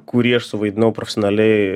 kurį aš suvaidinau profesionaliai